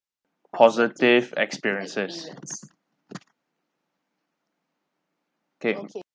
positive experiences okay